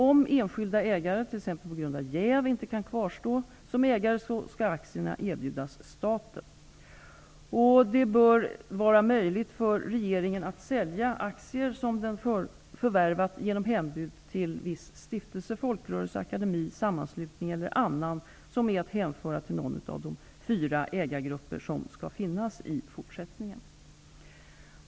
Om enskilda ägare, t.ex. på grund av jäv, inte kan kvarstå som ägare skall aktierna erbjudas staten. Det bör vara möjligt för regeringen att sälja aktier som den förvärvat genom hembud till viss stiftelse, folkrörelse, akademi, sammanslutning eller annan som är att hänföra till någon eller några av de fyra ägargrupper som skall finnas i fortsättningen.